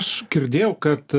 aš girdėjau kad